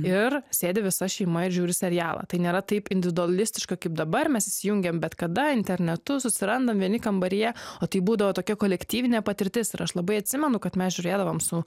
ir sėdi visa šeima ir žiūri serialą tai nėra taip individualistiška kaip dabar mes įsijungiam bet kada internetu susirandam vieni kambaryje o tai būdavo tokia kolektyvinė patirtis ir aš labai atsimenu kad mes žiūrėdavom su